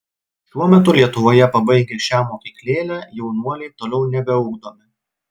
šiuo metu lietuvoje pabaigę šią mokyklėlę jaunuoliai toliau nebeugdomi